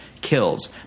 kills